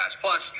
Plus